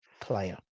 player